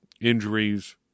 Injuries